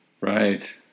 Right